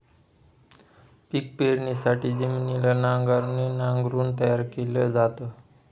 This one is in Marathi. पिक पेरणीसाठी जमिनीला नांगराने नांगरून तयार केल जात